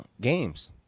games